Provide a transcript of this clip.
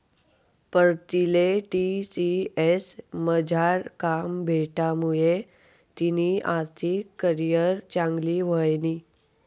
पीरतीले टी.सी.एस मझार काम भेटामुये तिनी आर्थिक करीयर चांगली व्हयनी